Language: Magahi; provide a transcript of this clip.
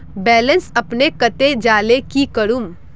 बैलेंस अपने कते जाले की करूम?